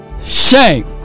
shame